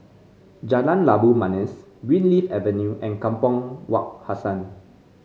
Jalan Labu Manis Greenleaf Avenue and Kampong Wak Hassan